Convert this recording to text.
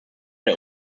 der